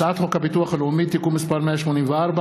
הצעת חוק הביטוח הלאומי (תיקון מס' 184)